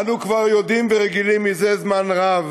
אנו כבר יודעים ורגילים זה זמן רב